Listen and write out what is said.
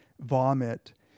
vomit